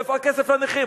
איפה הכסף לנכים.